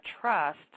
trust